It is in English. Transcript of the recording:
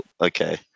okay